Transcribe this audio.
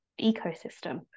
ecosystem